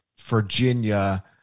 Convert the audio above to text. Virginia